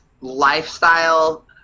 lifestyle